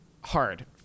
hard